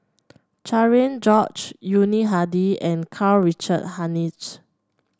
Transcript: Cherian George Yuni Hadi and Karl Richard Hanitsch